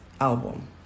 album